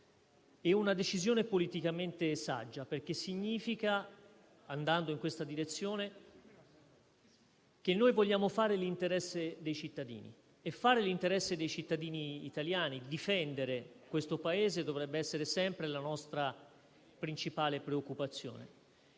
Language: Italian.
e una decisione politicamente saggia, perché andare in questa direzione significa voler fare l'interesse dei cittadini. Fare l'interesse dei cittadini italiani e difendere il Paese dovrebbe essere sempre la nostra principale preoccupazione.